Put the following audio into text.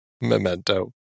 Memento